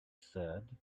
said